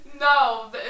No